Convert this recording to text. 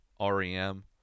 rem